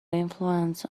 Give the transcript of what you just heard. influence